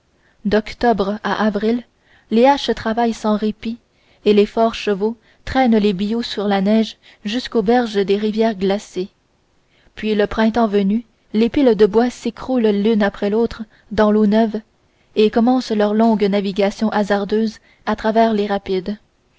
d'octobre à avril les haches travaillent sans répit et les forts chevaux traînent les billots sur la neige jusqu'aux berges des rivières glacées puis le printemps venu les piles de bois s'écroulent l'une après l'autre dans l'eau neuve et commencent leur longue navigation hasardeuse à travers les rapides